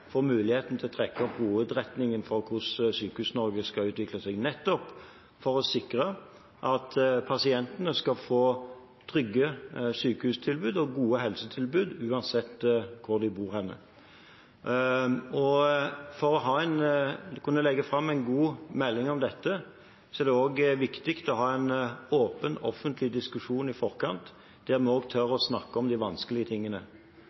muligheten til å trekke opp hovedretningen for hvordan Sykehus-Norge skal utvikle seg, nettopp for å sikre at pasientene skal få trygge sykehustilbud og gode helsetilbud, uansett hvor de bor. For å kunne legge fram en god melding om dette er det også viktig å ha en åpen, offentlig diskusjon i forkant, der vi også tør å snakke om de vanskelige tingene.